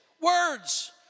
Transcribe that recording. Words